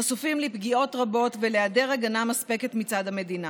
חשופים לפגיעות רבות ולהיעדר הגנה מספקת מצד המדינה.